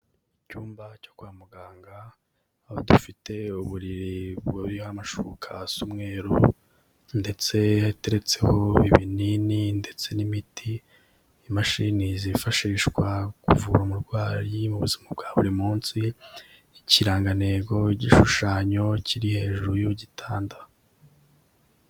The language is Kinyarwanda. Icyumba cyo kwa muganga, aho dufite uburiri buriho amashuka asa umweru, ndetse ateretseho ibinini ndetse n'imiti, imashini zifashishwa kuvura umurwayi mu buzima bwa buri munsi, ikirangantego, igishushanyo kiri hejuru y'igitanda.